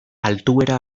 altuera